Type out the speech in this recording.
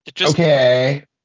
Okay